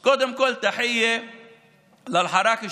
אז קודם כול, (אומר בערבית: